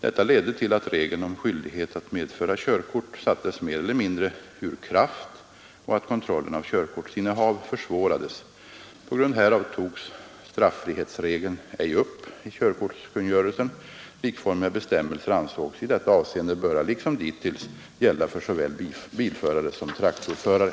Detta ledde till att regeln om skyldighet att medföra körkort sattes mer eller mindre ur kraft och att kontrollen av körkortsinnehav försvårades. På grund härav togs straffrihetsregeln ej upp i körkortskungörelsen. Likformiga bestämmelser ansågs i detta avseende böra — liksom dittills — gälla för såväl bilförare som traktorförare.